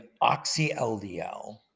oxy-LDL